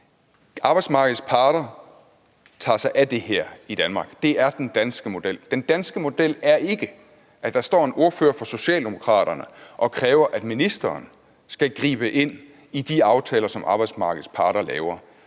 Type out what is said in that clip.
Arbejdsmarkedets parter tager sig af det her i Danmark; det er den danske model. Den danske model er ikke, som der her står en ordfører for Socialdemokraterne og kræver, at ministeren skal gribe ind i de aftaler, som arbejdsmarkedets parter laver.